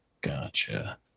Gotcha